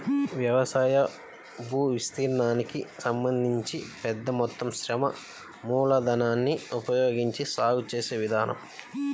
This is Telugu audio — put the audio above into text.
వ్యవసాయ భూవిస్తీర్ణానికి సంబంధించి పెద్ద మొత్తం శ్రమ మూలధనాన్ని ఉపయోగించి సాగు చేసే విధానం